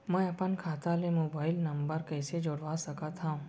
मैं अपन खाता ले मोबाइल नम्बर कइसे जोड़वा सकत हव?